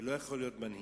ולא יכול להיות מנהיג.